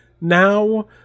now